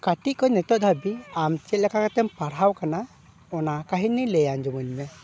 ᱠᱟᱹᱴᱤᱡ ᱠᱷᱚᱱ ᱱᱤᱛᱚᱜ ᱫᱷᱟᱹᱵᱤᱡ ᱟᱢ ᱪᱮᱫ ᱞᱮᱠᱟ ᱠᱟᱛᱮᱢ ᱯᱟᱲᱦᱟᱣ ᱟᱠᱟᱱᱟ ᱚᱱᱟ ᱠᱟᱦᱟᱱᱤ ᱞᱟᱹᱭ ᱟᱸᱡᱚᱢ ᱟᱹᱧ ᱢᱮ